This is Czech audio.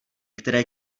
které